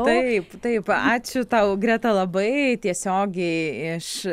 taip taip ačiū tau greta labai tiesiogiai iš